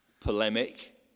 polemic